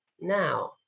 now